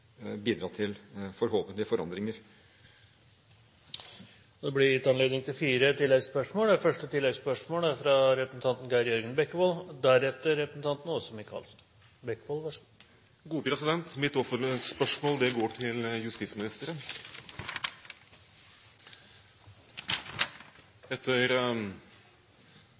bidra, forhåpentlig, til forandringer. Det blir gitt anledning til fire oppfølgingsspørsmål – først Geir Jørgen Bekkevold. Mitt oppfølgingsspørsmål går til